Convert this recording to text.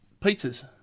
pizzas